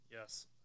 Yes